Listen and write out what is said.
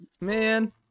man